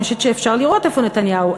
אני חושבת שאפשר לראות איפה נתניהו.